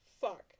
fuck